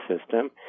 system